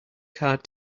card